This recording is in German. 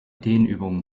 dehnübungen